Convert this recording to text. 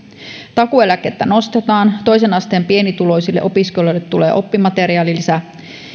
takuueläkettä nostetaan toisen asteen pienituloisille opiskelijoille tulee oppimateriaalilisä